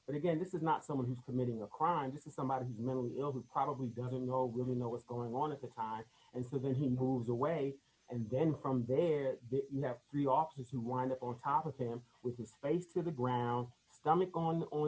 but again this is not someone who's committing a crime this is somebody who's mentally ill probably doesn't know going to know what's going on at the time and so then he moves away and then from there you have three officers who wind up on top of him with his face to the ground stomach on